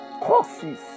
Courses